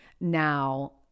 now